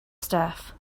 staff